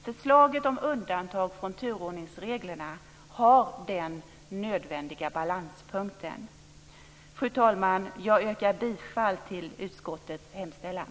Förslaget om undantag från turordningsreglerna har den nödvändiga balanspunkten. Fru talman! Jag yrkar bifall till utskottets hemställan.